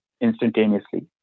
instantaneously